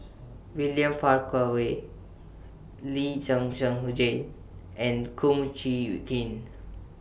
William Farquhar Lee Zhen Zhen Jane and Kum Chee Kin